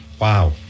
Wow